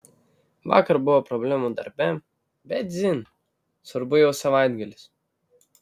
vakar buvo problemų darbe bet dzin svarbu jau savaitgalis